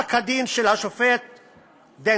פסק הדין של השופט דנציגר: